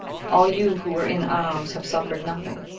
all you who were in arms have suffered nothing,